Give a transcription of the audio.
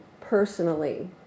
personally